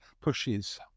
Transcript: pushes